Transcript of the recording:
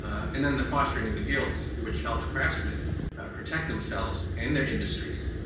and then the fostering of the gills, which helped craftsmen protect themselves and their industries,